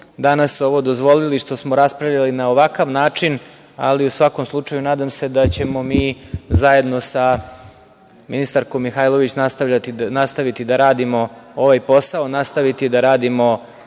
danas ovo dozvolili, što smo raspravljali na ovakav način, ali u svakom slučaju nadam se da ćemo mi zajedno sa ministarkom Mihajlović nastaviti da radimo ovaj posao, nastaviti da radimo